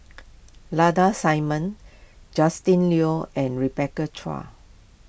Lada Simmons Justin Lean and Rebecca Chua